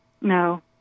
No